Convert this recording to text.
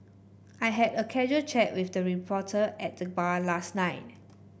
I had a casual chat with the reporter at the bar last night